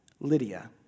Lydia